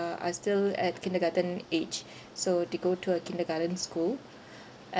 are still at kindergarten age so they go to a kindergarten school